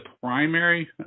primary